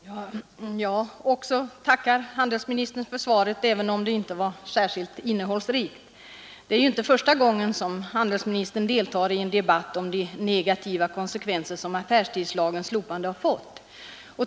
Herr talman! Också jag tackar handelsministern för svaret, även om det inte var särskilt innehållsrikt. Det är inte första gången som handelsministern deltar i en debatt om de negativa konsekvenser som affärstidslagens slopande har fått.